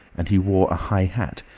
and he wore a high hat,